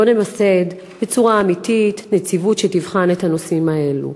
לא נמסד בצורה אמיתית נציבות שתבחן את הנושאים האלה.